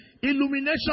illumination